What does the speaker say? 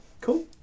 Cool